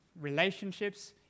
relationships